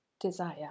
desire